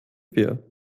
wir